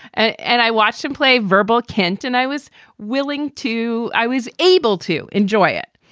ah and i watched him play verbal kent. and i was willing to i was able to enjoy it.